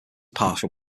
partial